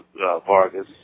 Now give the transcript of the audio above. Vargas